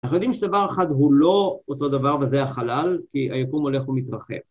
אנחנו יודעים שדבר אחד הוא לא אותו דבר, וזה החלל, כי היקום הולך ומתרחב.